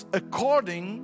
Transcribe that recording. according